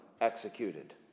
executed